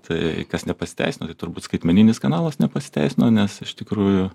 tai kas nepasiteisino tai turbūt skaitmeninis kanalas nepasiteisino nes iš tikrųjų